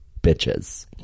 bitches